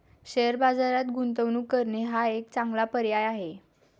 share बाजारात गुंतवणूक करणे हा एक चांगला पर्याय आहे